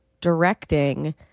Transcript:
directing